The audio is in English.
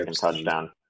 Touchdown